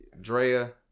Drea